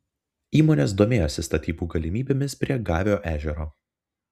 įmonės domėjosi statybų galimybėmis prie gavio ežero